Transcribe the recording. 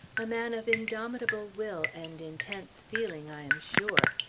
a man of indomitable will and intense feeling, i am sure.